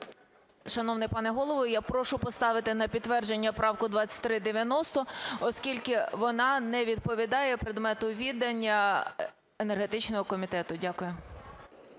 Шановний пане Голово, я прошу поставити на підтвердження правку 2390, оскільки вона не відповідає предмету відання енергетичного комітету. Дякую.